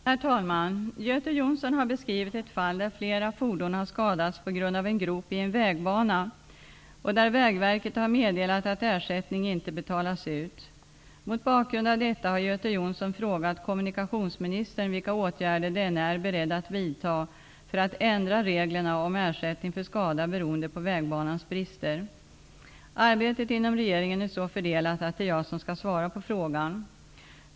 Herr talman! Göte Jonsson har beskrivit ett fall där flera fordon har skadats på grund av en grop i en vägbana och där Vägverket har meddelat att ersättning inte betalas ut. Mot bakgrund av detta har Göte Jonsson frågat kommunikationsministern vilka åtgärder denne är beredd att vidta för att ändra reglerna om ersättning för skada beroende på vägbanans brister. Arbetet inom regeringen är så fördelat att det är jag som skall svara på frågan.